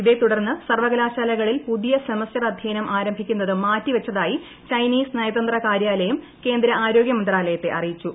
ഇതേ തുടർന്ന് സർവകലാശാലകളിൽ പുതിയ സെമസ്റ്റർ അധ്യയനം ആരംഭിക്കുന്നത് മാറ്റിവച്ചതായി ചൈനീസ് നയതന്ത്ര കാര്യാലയം കേന്ദ്ര ആരോഗൃ മന്ത്രാലയത്തെ അറിയിച്ചു